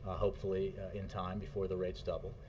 hopefully in time, before the rates double,